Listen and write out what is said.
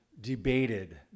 debated